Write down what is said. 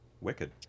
wicked